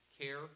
care